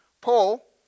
Paul